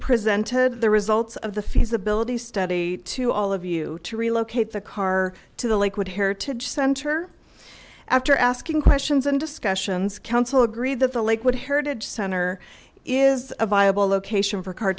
presented the results of the feasibility study to all of you to relocate the car to the lakewood heritage center after asking questions and discussions council agreed that the lake would heritage center is a viable location for car